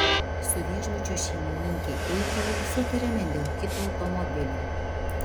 su viešbučio šeimininke eigyje sutarėme dėl kito automobilio